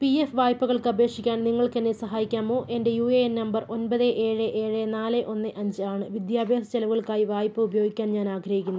P F വായ്പകൾക്ക് അപേക്ഷിക്കാൻ നിങ്ങൾക്ക് എന്നെ സഹായിക്കാമോ എൻ്റെ യു എ എൻ നമ്പർ ഒമ്പത് ഏഴ് ഏഴ് നാല് ഒന്ന് അഞ്ച് ആണ് വിദ്യാഭ്യാസ ചിലവുകൾക്കായി വായ്പ ഉപയോഗിക്കാൻ ഞാൻ ആഗ്രഹിക്കുന്നു